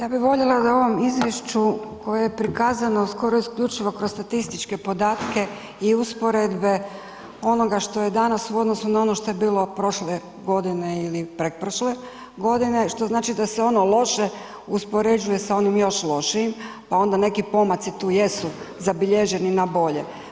Ja bih voljela da u ovom izvješću koje je prikazano skoro isključivo kroz statističke podatke i usporedbe onoga što je danas u odnosu na ono što je bilo prošle godine ili pretprošle godine što znači da se ono loše uspoređuje sa onim još lošijim, pa onda neki pomaci tu jesu zabilježeni na bolje.